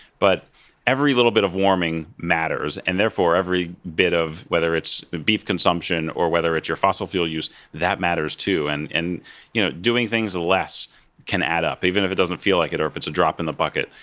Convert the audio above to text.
but every little bit of warming matters, and therefore every bit of whether it's beef consumption or whether it's your fossil fuel use, that matters, too. and you know doing things less can add up, even if it doesn't feel like it, or if it's a drop in the bucket.